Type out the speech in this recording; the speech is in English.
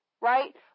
right